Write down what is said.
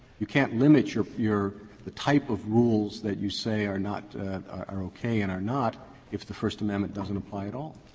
you can't limit your your the type of rules that you say are not are okay and are not if the first amendment doesn't apply at all?